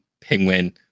penguin